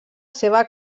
seva